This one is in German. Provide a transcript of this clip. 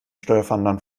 steuerfahndern